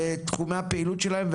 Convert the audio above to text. ותחומי הפעילות שלהם,